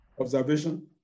Observation